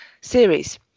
series